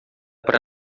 para